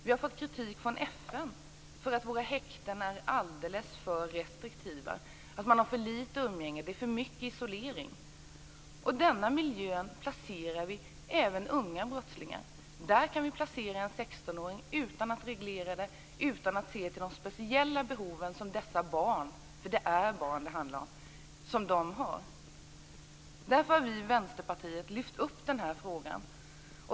Vi har fått kritik från FN för att våra häkten är alldeles för restriktiva och för att de häktade har för lite umgänge. Det är för mycket isolering. Denna miljö placerar vi även unga brottslingar i. Där kan vi placera en 16-åring utan att reglera och utan att se till de speciella behov som dessa barn - det är barn det handlar om - har. Därför har vi i Vänsterpartiet lyft upp denna fråga.